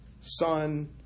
Son